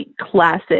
classic